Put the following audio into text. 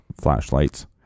Flashlights